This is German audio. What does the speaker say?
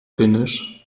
finnisch